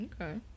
Okay